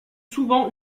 souvent